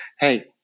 Hey